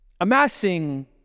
Amassing